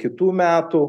kitų metų